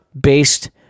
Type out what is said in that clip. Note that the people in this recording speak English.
based